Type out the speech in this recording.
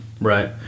Right